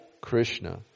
Krishna